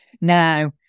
Now